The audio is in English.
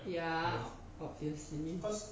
ya obviously